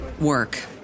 work